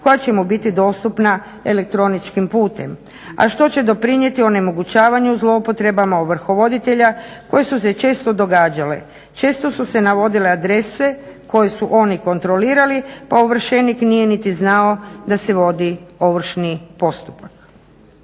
koja će mu biti dostupna elektroničkim putem a što će doprinijeti onemogućavanju zloupotrebama ovrhovoditelja koji su se često događale. Često su se navodile adrese koje su oni kontrolirali pa ovršenik nije niti znao da se vodi ovršni postupak.